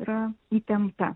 yra įtempta